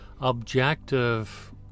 objective